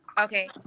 Okay